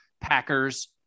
Packers